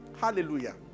hallelujah